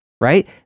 right